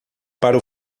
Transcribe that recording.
para